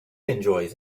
enjoys